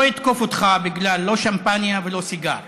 לא אתקוף אותך לא בגלל שמפניה ולא בגלל סיגר.